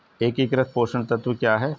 एकीकृत पोषक तत्व क्या है?